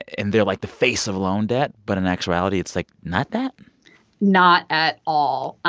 and they're, like, the face of loan debt. but in actuality, it's, like, not that not at all.